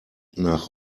nach